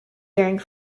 bearing